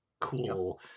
cool